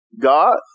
God